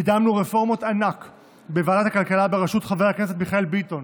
קידמנו רפורמות ענק בוועדת הכלכלה שברשות חבר הכנסת מיכאל ביטון,